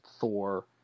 Thor